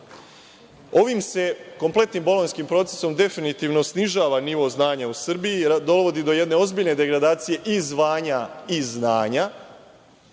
se kompletnim bolonjskim procesom definitivno snižava nivo znanja u Srbiji, dovodi do jedne ozbiljne degradacije i zvanja i znanja